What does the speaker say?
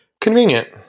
Convenient